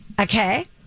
okay